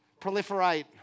proliferate